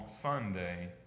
Sunday